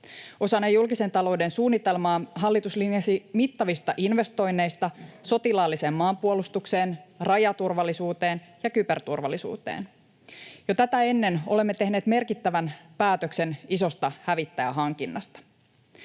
Osana julkisen talouden suunnitelmaa hallitus linjasi mittavista investoinneista sotilaalliseen maanpuolustukseen, rajaturvallisuuteen ja kyberturvallisuuteen. Jo tätä ennen olemme tehneet merkittävän päätöksen isosta hävittäjähankinnasta.